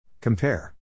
Compare